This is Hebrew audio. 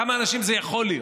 כמה אנשים זה יכול להיות,